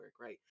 Right